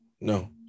no